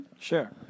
Sure